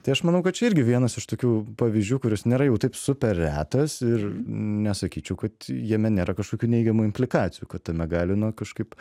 tai aš manau kad čia irgi vienas iš tokių pavyzdžių kuris nėra jau taip super retas ir nesakyčiau kad jame nėra kažkokių neigiamų implikacijų kad tame gali na kažkaip